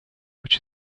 which